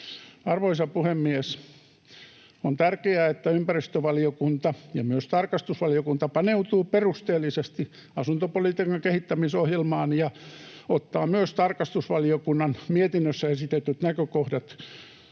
Arvoisa puhemies! On tärkeää, että ympäristövaliokunta — ja myös tarkastusvaliokunta — paneutuu perusteellisesti asuntopolitiikan kehittämisohjelmaan ja ottaa myös tarkastusvaliokunnan mietinnössä esitetyt näkökohdat